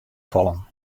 fallen